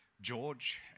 George